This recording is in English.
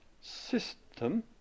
system